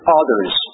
others